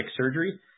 surgery